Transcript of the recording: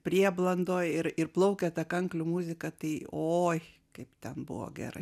prieblandoj ir ir plaukia ta kanklių muzika tai oi kaip ten buvo gerai